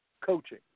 coaching